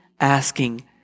asking